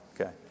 Okay